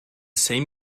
same